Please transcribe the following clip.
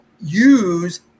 use